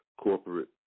corporate